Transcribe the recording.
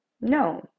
no